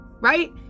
right